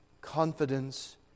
confidence